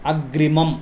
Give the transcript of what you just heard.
अग्रिमम्